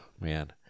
man